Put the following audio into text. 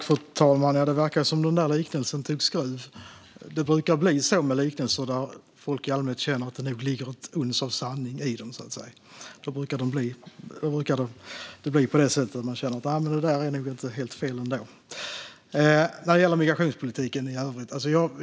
Fru talman! Det verkar som att den där liknelsen tog skruv. Det brukar bli så med liknelser som folk i allmänhet känner att det nog ligger ett uns av sanning i, så det var nog inte helt fel.